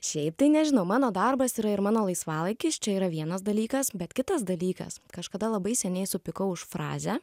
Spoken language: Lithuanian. šiaip tai nežinau mano darbas yra ir mano laisvalaikis čia yra vienas dalykas bet kitas dalykas kažkada labai seniai supykau už frazę